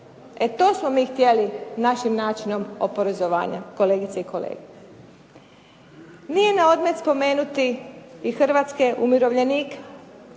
E to smo mi htjeli našim načinom oporezovanja kolegice i kolege. Nije na odmet spomenuti i hrvatske umirovljenike